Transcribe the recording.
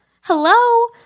Hello